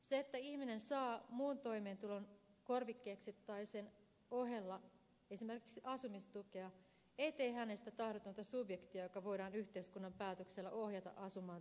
se että ihminen saa muun toimeentulon korvikkeeksi tai sen ohella esimerkiksi asumistukea ei tee hänestä tahdotonta subjektia joka voidaan yhteiskunnan päätöksellä ohjata asumaan tietylle alueelle